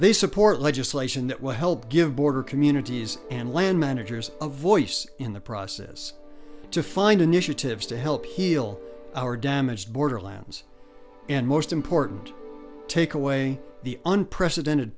they support legislation that will help give border communities and land managers a voice in the process to find initiatives to help heal our damaged borderlands in most important take away the unprecedented